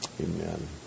Amen